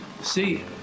See